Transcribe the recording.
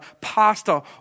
pastor